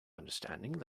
understanding